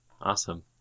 Awesome